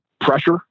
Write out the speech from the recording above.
pressure